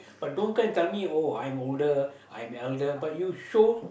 but don't come and tell me oh I'm older I'm elder but you show